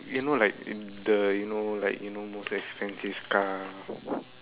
you know like if the you know like you know most expensive car